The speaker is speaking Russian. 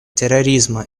терроризма